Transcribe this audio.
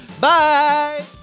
bye